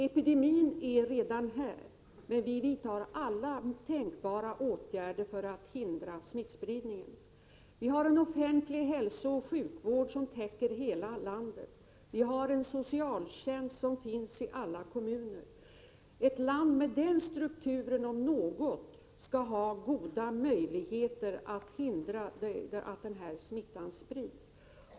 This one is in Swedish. Epidemin är redan här, men vi vidtar alla tänkbara åtgärder för att hindra smittspridningen. Vi har en offentlig hälsooch sjukvård som täcker hela landet och en socialtjänst i alla kommuner. Ett land med denna struktur, om något, skall ha goda möjligheter att hindra att smittan sprids.